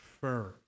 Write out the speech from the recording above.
firm